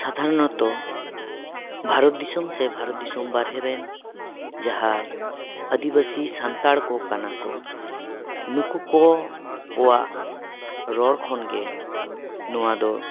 ᱥᱟᱫᱷᱟᱨᱚᱱᱛᱚ ᱵᱷᱟᱨᱚᱛ ᱫᱤᱥᱚᱢ ᱥᱮ ᱵᱷᱟᱨᱚᱛ ᱫᱤᱥᱚᱢ ᱵᱟᱨᱦᱮ ᱨᱮᱱ ᱡᱟᱦᱟᱸᱭ ᱟᱹᱫᱤᱵᱟᱹᱥᱤ ᱥᱟᱱᱛᱟᱲ ᱠᱚ ᱠᱟᱱᱟ ᱠᱚ ᱱᱩᱠᱩ ᱠᱚ ᱠᱚᱣᱟᱜ ᱨᱚᱲ ᱠᱷᱚᱱᱜᱮ ᱱᱚᱣᱟ ᱫᱚ